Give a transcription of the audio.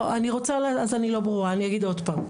אז אני לא ברורה, אני אגיד עוד פעם.